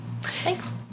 Thanks